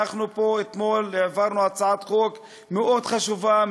אנחנו פה אתמול העברנו הצעת חוק מאוד חשובה,